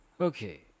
Okay